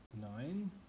Nine